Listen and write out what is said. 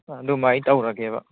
ꯑꯗꯨꯃ ꯑꯩ ꯇꯧꯔꯒꯦꯕ